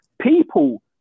People